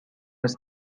است